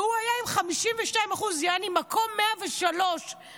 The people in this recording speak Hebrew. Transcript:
והוא היה עם 52%, מקום 103 בהצבעות.